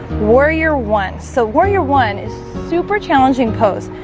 warrior one so warrior one is super challenging pose,